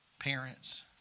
parents